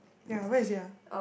ya where is it ya